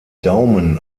daumen